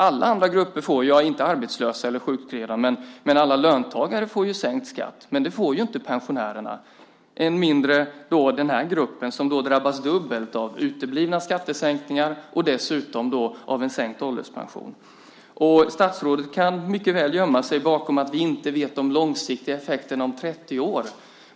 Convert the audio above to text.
Alla andra grupper - ja, inte arbetslösa eller sjukskrivna men alla löntagare - får sänkt skatt. Det får inte pensionärerna och än mindre den här gruppen som drabbas dubbelt, som drabbas av uteblivna skattesänkningar och dessutom sänkt ålderspension. Statsrådet kan mycket väl gömma sig bakom formuleringar om att vi inte vet vilka de långsiktiga effekterna är om 30 år.